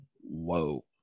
whoa